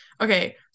Okay